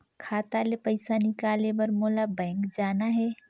खाता ले पइसा निकाले बर मोला बैंक जाना हे?